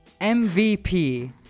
MVP